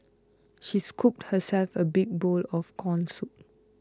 she scooped herself a big bowl of Corn Soup